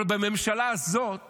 אבל בממשלה הזאת